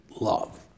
love